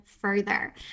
further